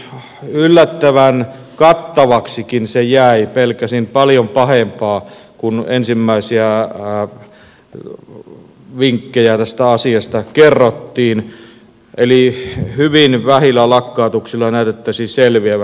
kun palveluverkko julkaistiin niin yllättävän kattavaksikin se jäi pelkäsin paljon pahempaa kun ensimmäisiä vinkkejä tästä asiasta kerrottiin eli hyvin vähillä lakkautuksilla näytettäisiin selviävän